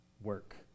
work